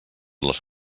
les